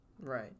Right